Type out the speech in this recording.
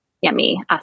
yummy